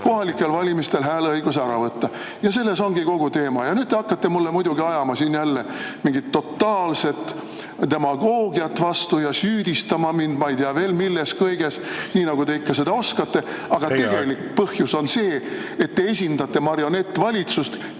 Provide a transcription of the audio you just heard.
kohalikel valimistel hääletamine, see õigus tuleb ära võtta. Selles ongi kogu asi. Ja nüüd te hakkate mulle muidugi ajama siin jälle mingit totaalset demagoogiat vastu ja süüdistama mind, ma ei tea veel, milles – kõiges! –, nii nagu te seda oskate, aga tegelik põhjus on see, et te esindate marionettvalitsust,